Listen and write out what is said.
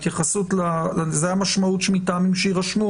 זאת המשמעות של "מטעמים שיירשמו".